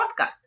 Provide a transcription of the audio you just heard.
podcast